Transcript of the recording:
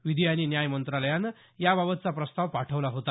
विधी आणि न्याय मंत्रालयानं याबाबतचा प्रस्ताव पाठवला होता